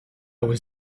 was